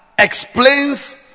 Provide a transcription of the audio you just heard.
explains